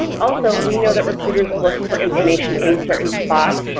also we know that recruiters look for information in certain spots,